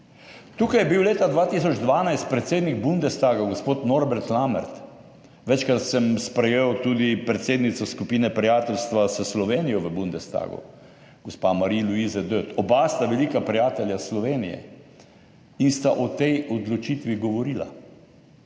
Tukaj je bil leta 2012 predsednik bundestaga gospod Norbert Lammert, večkrat sem sprejel tudi predsednico skupine prijateljstva s Slovenijo v bundestagu gospo Marie-Luise Dött. Oba sta velika prijatelja Slovenije in sta o tej odločitvi govorila.